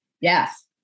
Yes